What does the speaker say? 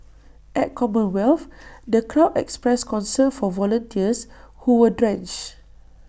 at commonwealth the crowd expressed concern for volunteers who were drenched